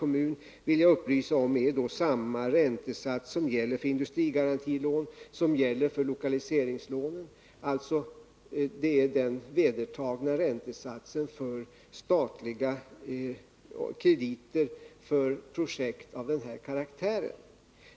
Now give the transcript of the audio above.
Men jag vill upplysa om att samma räntesats gäller för industrigarantilån och lokaliseringslån. Det är den vedertagna räntesatsen för statliga krediter avseende projekt av den här karaktären.